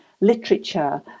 literature